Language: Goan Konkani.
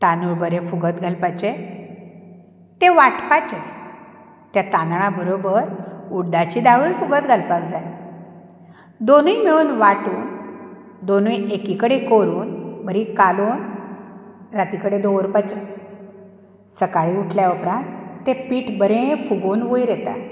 तानूळ बरे फुगत घालपाचें तें वांटपाचे त्या तानळा बरोबर उड्डाची दाळूय फुगत घालपाक जाय दोनय मेळून वांटून दोनय एकी कडेन करून बरी कालोवन राती कडेन दवरपाची सकाळीं उटल्या उपरांत तें पीट बरें फुगोन वयर येता